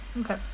Okay